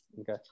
okay